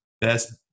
best